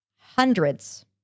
Hundreds